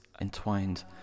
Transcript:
entwined